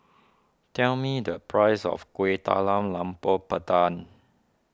tell me the price of Kueh Talam Tepong Pandan